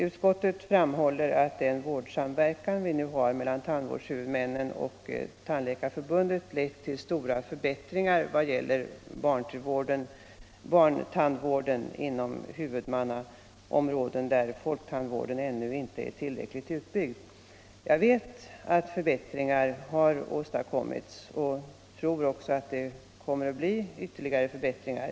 Utskottet framhåller att den vårdsamverkan vi nu har mellan tandvårdshuvudmännen och Tandläkarförbundet har lett till stora förbättringar vad gäller barntandvården inom huvudmannaområden där folktandvården ännu inte är tillräckligt utbyggd. Ja, jag vet att förbättringar har åstadkommits och tror också att det kommer att bli ytterligare förbättringar.